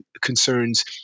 concerns